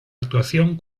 actuación